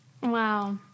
Wow